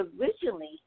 originally